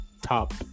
top